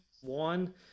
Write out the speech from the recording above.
one